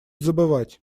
забывать